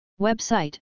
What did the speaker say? Website